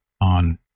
on